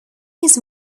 his